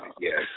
yes